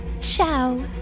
Ciao